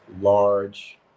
large